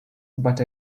but